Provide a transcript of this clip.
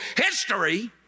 history